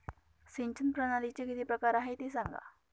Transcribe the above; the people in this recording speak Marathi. सिंचन प्रणालीचे किती प्रकार आहे ते सांगा